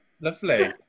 Lovely